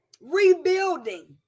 rebuilding